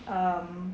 um